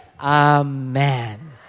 Amen